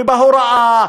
בהוראה,